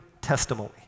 testimony